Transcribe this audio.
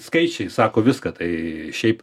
skaičiai sako viską tai šiaip